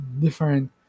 different